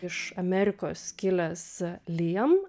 iš amerikos kilęs liem